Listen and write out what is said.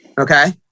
Okay